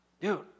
dude